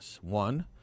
One